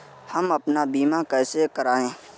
हम अपना बीमा कैसे कराए?